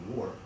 War